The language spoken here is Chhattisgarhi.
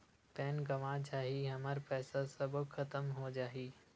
पैन गंवा जाही हमर पईसा सबो खतम हो जाही?